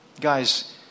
guys